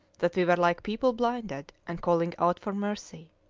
that we were like people blinded and calling out for mercy.